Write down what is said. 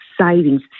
savings